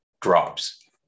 drops